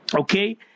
Okay